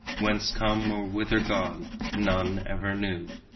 whence come or whither gone none ever knew.